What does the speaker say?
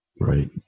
right